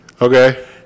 Okay